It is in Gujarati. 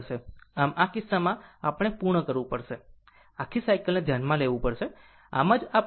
આમ આ કિસ્સામાં આપણે પૂર્ણ કરવું પડશે આખા સાયકલ ને ધ્યાનમાં લેવું પડશે